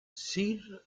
sir